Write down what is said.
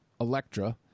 Electra